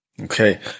Okay